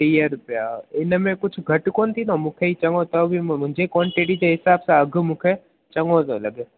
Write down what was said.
टीह रुपिया हिनमें कुझु घटि कोन्ह थींदो मूंखे ई चङो त बि मुंहिंजे क्वांटिटी जे हिसाब सां अघि मूंखे चङो थो लॻे